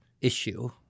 issue